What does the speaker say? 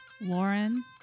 Lauren